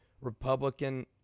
Republican